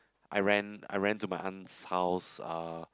I ran I ran to my aunt's house uh